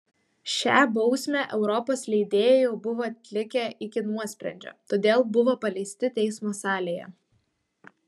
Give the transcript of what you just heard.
šią bausmę europos leidėjai jau buvo atlikę iki nuosprendžio todėl buvo paleisti teismo salėje